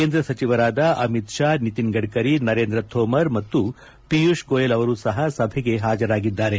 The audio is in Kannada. ಕೇಂದ್ರ ಸಚಿವರಾದ ಅಮಿತ್ ಷಾ ನಿತಿನ್ ಗಡ್ನರಿ ನರೇಂದ್ರ ಥೋಮರ್ ಮತ್ತು ಪಿಯೂಷ್ ಗೋಯಲ್ ಅವರೂ ಸಹ ಸಭೆಗೆ ಹಾಜರಾಗಿದ್ದಾರೆ